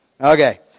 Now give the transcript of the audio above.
Okay